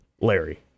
larry